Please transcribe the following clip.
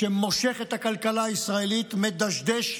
שמושך את הכלכלה הישראלית, מדשדש,